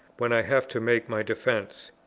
when i have to make my defence.